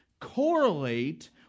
correlate